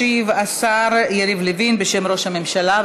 ישיב השר יריב לוין בשם ראש הממשלה.